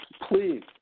please